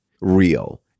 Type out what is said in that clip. real